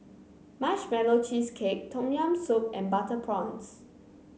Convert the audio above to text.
Marshmallow Cheesecake Tom Yam Soup and Butter Prawns